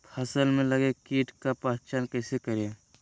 फ़सल में लगे किट का पहचान कैसे करे?